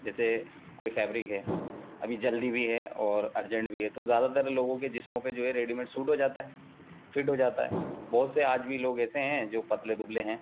جیسے کوئی فیبرک ہے ابھی جلدی بھی ہے اور ارجنٹ بھی ہے تو زیادہ تر لوگوں کے جسموں پہ جو ہے ریڈیمیڈ سوٹ ہو جاتا ہے فٹ ہو جاتا ہے بہت سے آج بھی لوگ ایسے ہیں جو پتلے دبلے ہیں